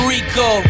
Rico